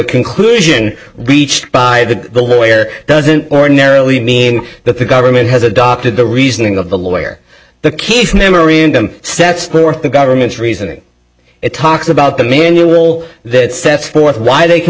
conclusion reached by the lawyer doesn't ordinarily mean that the government has adopted the reasoning of the lawyer the key from memory and them sets forth the government's reasoning it talks about the manual that sets forth why they can